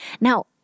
Now